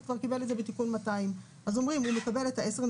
הוא כבר קיבל את זה בתיקון 200. אז אומרים: הוא מקבל את ה-10.7%,